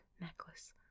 necklace